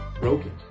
broken